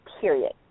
period